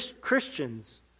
Christians